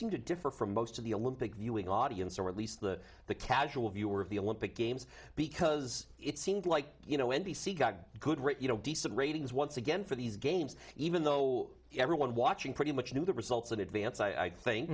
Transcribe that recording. seem to differ from most of the olympic viewing audience or at least the the casual viewer of the olympic games because it seemed like you know n b c got a good rate you know decent ratings once again for these games even though everyone watching pretty much knew the results in advance i think